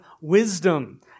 wisdom